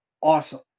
awesome